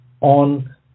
on